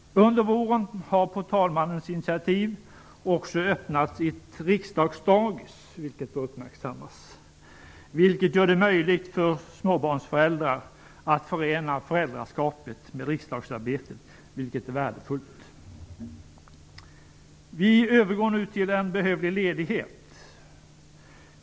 Under våren har på talmannens initiativ också öppnats ett riksdagsdagis, vilket bör uppmärksammas. Detta gör det möjligt för småbarnsföräldrar att förena föräldraskapet med riksdagsarbetet, vilket är värdefullt. Vi övergår nu till en behövlig ledighet.